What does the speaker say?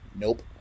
nope